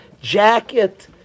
jacket